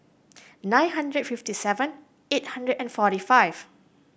nine hundred fifty seven eight hundred and forty five